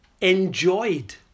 enjoyed